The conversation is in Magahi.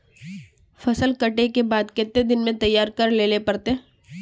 फसल कांटे के बाद कते दिन में तैयारी कर लेले पड़ते?